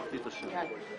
ההתייעצות הסתיימה.